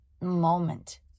moment